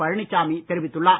பழனிச்சாமி தெரிவித்துள்ளார்